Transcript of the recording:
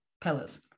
pillars